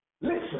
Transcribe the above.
Listen